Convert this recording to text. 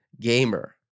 Gamer